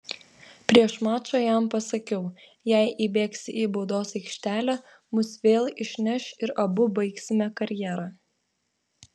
prieš mačą jam pasakiau jei įbėgsi į baudos aikštelę mus vėl išneš ir abu baigsime karjerą